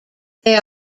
they